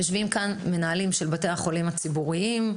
יושבים כאן מנהלי בתי החולים הציבוריים,